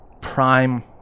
prime